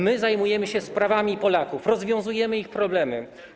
My zajmujemy się sprawami Polaków, rozwiązujemy ich problemy.